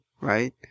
right